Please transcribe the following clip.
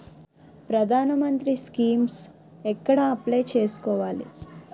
ప్రధాన మంత్రి స్కీమ్స్ ఎక్కడ అప్లయ్ చేసుకోవాలి?